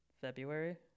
February